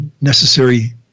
necessary